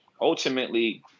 ultimately